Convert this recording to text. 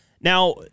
Now